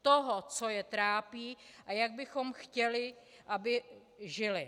Toho, co je trápí a jak bychom chtěli, aby žili?